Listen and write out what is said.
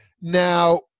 Now